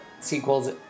sequels